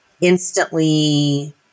instantly